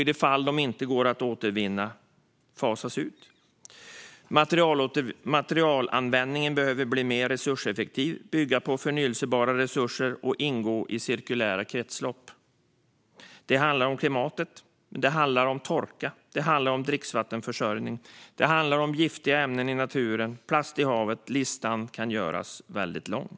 I de fall de inte går att återvinna borde de fasas ut. Materialanvändningen behöver bli mer resurseffektiv, bygga på förnybara resurser och ingå i cirkulära kretslopp. Det handlar om klimatet. Det handlar om torka och dricksvattenförsörjning. Det handlar om giftiga ämnen i naturen och plast i havet. Listan kan göras väldigt lång.